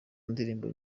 ndirimbo